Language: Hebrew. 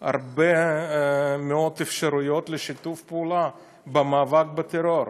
הרבה מאוד אפשרויות לשיתוף פעולה במאבק בטרור.